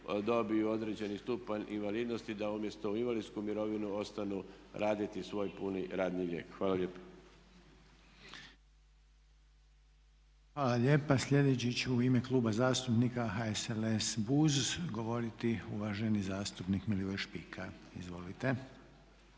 dobiju određeni stupanj invalidnosti, da umjesto u invalidsku mirovinu ostanu raditi svoj puni radni vijek. Hvala lijepo. **Reiner, Željko (HDZ)** Hvala lijepa. Sljedeći će u ime Kluba zastupnika HSLS, BUZ govoriti uvaženi zastupnik Milivoj Špika. Izvolite.